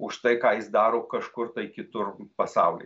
už tai ką jis daro kažkur kitur pasauly